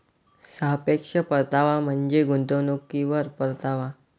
सापेक्ष परतावा म्हणजे गुंतवणुकीवर परतावा